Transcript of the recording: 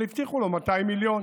אבל הבטיחו לו 200 מיליון.